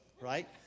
right